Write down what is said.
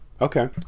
Okay